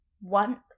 one